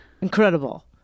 incredible